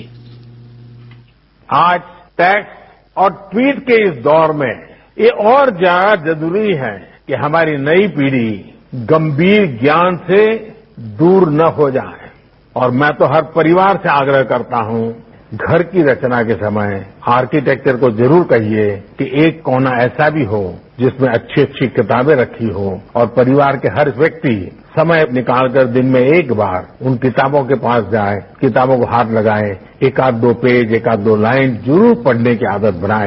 bite PM आज text और tweet के इस दौर में ये और ज्यादा जरूरी है कि हमारी नई पीढ़ी गंभीर ज्ञान से दूर न हो जाए और मैं हर परिवार से आग्रह करता हूं कि घर की रचना के समय आर्किटेक्चर को जरूर कहिए कि एक कोना ऐसा भी हो जिसमें अच्छी अच्छी किताबें रखी हों और परिवार का हर व्यक्ति समय निकालकर दिन में एक बार उन किताबों के पास जाए किताबों को हाथ लगाए एक आध दो पेज एक आध दो लाइन जरूर पढ़ने की आदत बनाए